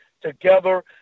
together